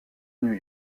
new